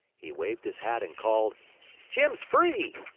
he waved his hat, and called jim's free!